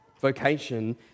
vocation